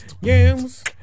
Yams